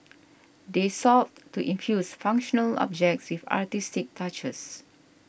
they sought to infuse functional objects with artistic touches